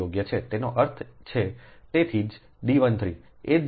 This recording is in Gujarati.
તેનો અર્થ છે તેથી જ D 13